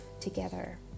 together